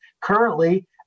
currently